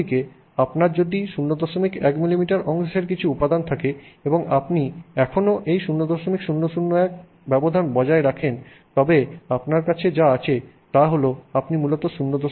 অন্যদিকে আপনার যদি 01 মিলিমিটার অংশের কিছু উপাদান থাকে এবং আপনি এখনও এই 0001 ব্যবধান বজায় রাখেন তবে আপনার কাছে যা আছে তা হল আপনি মূলত 01 থেকে 0001 এর পার্থক্য দেখছেন